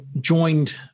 joined